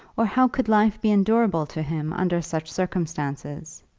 or how could life be endurable to him under such circumstances?